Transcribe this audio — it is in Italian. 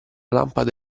lampada